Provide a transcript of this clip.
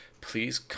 please